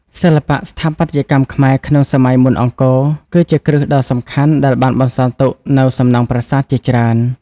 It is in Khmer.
សិល្បៈស្ថាបត្យកម្មខ្មែរក្នុងសម័យមុនអង្គរ គឺជាគ្រឹះដ៏សំខាន់ដែលបានបន្សល់ទុកនូវសំណង់ប្រាសាទជាច្រើន។